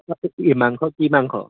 তোৰ কি মাংস কি মাংস